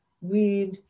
weed